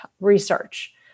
research